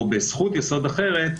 או בזכות יסוד אחרת,